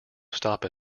stop